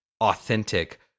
authentic